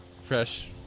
fresh